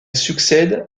succède